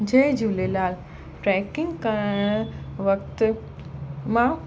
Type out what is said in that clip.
जय Jhulelal tracking करण वक़्त मां